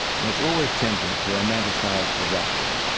and it's always tempting to romanticise the rustic.